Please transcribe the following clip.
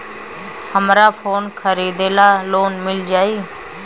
हमरा फोन खरीदे ला लोन मिल जायी?